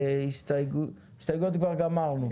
הסתייגיות כבר גמרנו.